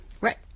right